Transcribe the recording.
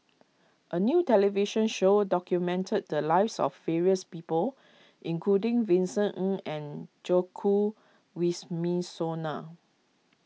a new television show documented the lives of various people including Vincent N N Joko Wisminsono